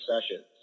sessions